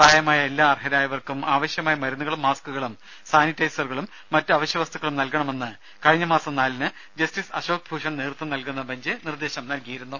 പ്രായമായ എല്ലാ അർഹരായവർക്കും ആവശ്യമായ മരുന്നുകളും മാസ്ക്കുകളും സാനിറ്റൈസറുകളും മറ്റു അവശ്യ വസ്തുക്കളും നൽകണമെന്ന് കഴിഞ്ഞ മാസം നാലിന് ജസ്റ്റിസ് അശോക് ഭൂഷൺ നേതൃത്വം നൽകുന്ന ബെഞ്ച് നിർദേശം നൽകിയിരുന്നു